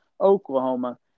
Oklahoma